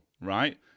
right